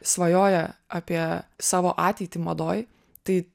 svajoja apie savo ateitį madoj tai